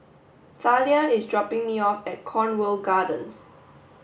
Thalia is dropping me off at Cornwall Gardens